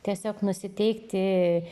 tiesiog nusiteikti